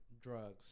drugs